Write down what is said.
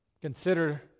Consider